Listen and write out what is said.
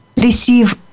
receive